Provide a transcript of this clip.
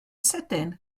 sydyn